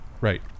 right